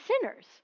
sinners